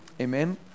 Amen